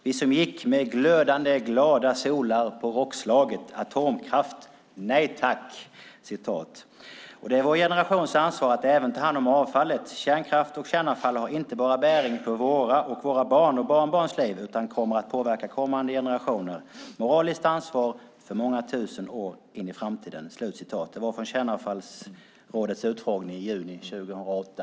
Vi gick med glödande glada solar på rockslaget 'Atomkraft - Nej Tack!'. Det är vår generations ansvar att även ta hand om avfallet. Kärnkraft och kärnavfall har inte bara bäring på våra och våra barn och barnbarns liv - utan kommer att påverka kommande generationer. Moraliskt ansvar för många tusen år in i framtiden." Det var från Kärnavfallsrådets utfrågning i juni 2008.